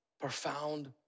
profound